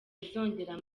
bizongera